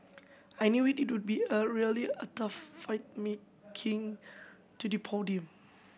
I knew it would be a really a tough fight making to the podium